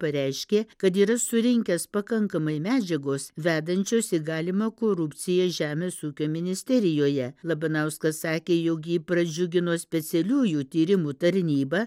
pareiškė kad yra surinkęs pakankamai medžiagos vedančios į galimą korupciją žemės ūkio ministerijoje labanauskas sakė jog jį pradžiugino specialiųjų tyrimų tarnyba